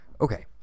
okay